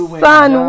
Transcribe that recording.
son